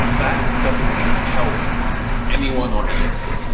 that doesn't help anyone or anything.